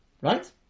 Right